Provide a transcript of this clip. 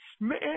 man